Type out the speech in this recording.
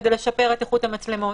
כדי לשפר את איכות המצלמות,